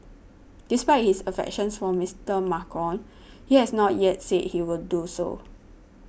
despite his affections for Mister Macron he has not yet said he will do so